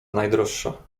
najdroższa